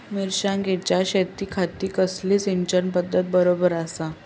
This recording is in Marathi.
मिर्षागेंच्या शेतीखाती कसली सिंचन पध्दत बरोबर आसा?